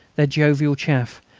their jovial chaff,